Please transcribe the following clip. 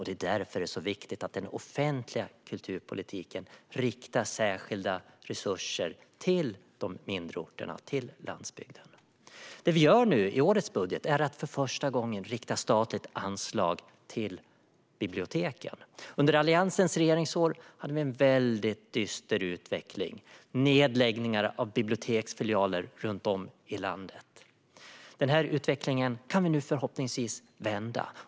Det är därför det är så viktigt att den offentliga kulturpolitiken riktar särskilda resurser till de mindre orterna, till landsbygden. Det vi gör i årets budget är att för första gången rikta ett statligt anslag till biblioteken. Under Alliansens regeringsår hade vi en väldigt dyster utveckling: nedläggningar av biblioteksfilialer runt om i landet. Den utvecklingen kan vi nu förhoppningsvis vända.